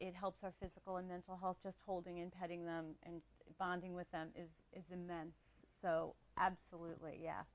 it helps our physical and mental health just holding in petting them and bonding with them is a man so absolutely yeah